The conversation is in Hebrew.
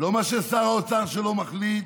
לא מה ששר האוצר שלו מחליט,